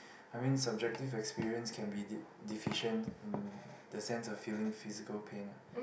I mean subjective experience can be de~ deficient in the sense of feeling physical pain ah